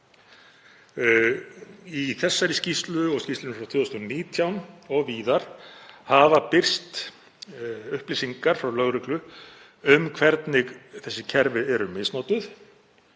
Í þessari skýrslu og í skýrslunni frá 2019 og víðar hafa birst upplýsingar frá lögreglu um hvernig þessi kerfi eru misnotuð